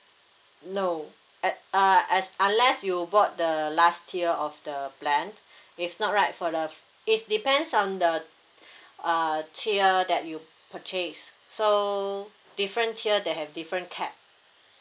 no at uh as unless you bought the last tier of the plan if not right for the f~ it's depends on the uh tier that you purchase so different tier they have different cap